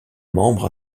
membre